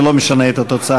זה לא משנה את התוצאה.